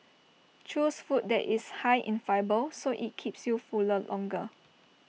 choose food that is high in fibre so IT keeps you fuller longer